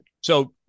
So-